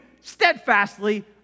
steadfastly